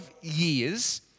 years